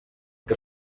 que